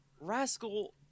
Rascal